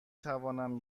توانم